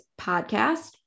podcast